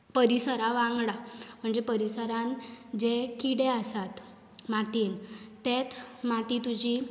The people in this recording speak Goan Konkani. परिसरा वांगडा म्हणजे परिसरांत जे किडे आसात मातयेंत तेंत माती तुजी